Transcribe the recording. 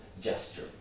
gesture